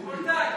טריפוליטאי.